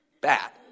Bad